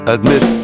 Admit